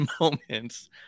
moments